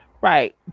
right